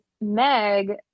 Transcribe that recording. Meg